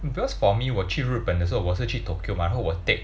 because for me 我去日本的时候我是去 Tokyo mah then 我 take